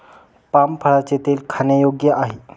palm फळाचे तेल खाण्यायोग्य आहे